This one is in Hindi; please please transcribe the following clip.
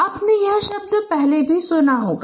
आपने यह शब्द सुना भी होगा